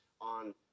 on